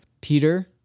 Peter